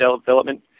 development